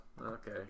okay